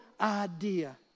idea